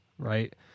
right